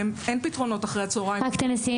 אין פתרונות אחר הצהריים